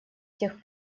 тех